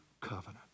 covenant